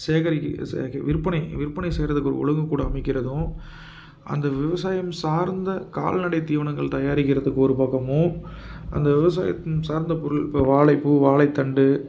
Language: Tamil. சேகரிக்க சேக விற்பனை விற்பனை செய்கிறதுக்கு ஒழுங்கு கூடம் அமைக்கிறதும் அந்த விவசாயம் சார்ந்த கால்நடை தீவனங்கள் தயாரிக்கிறதுக்கு ஒரு பக்கமும் அந்த விவசாயம் சார்ந்த பொருள் இப்போ வாழைப்பூ வாழைத்தண்டு